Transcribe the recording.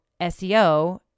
SEO